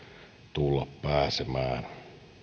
tulla pääsemään